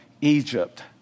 Egypt